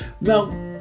Now